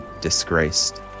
disgraced